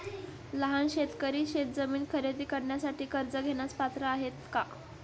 लहान शेतकरी शेतजमीन खरेदी करण्यासाठी कर्ज घेण्यास पात्र आहेत का?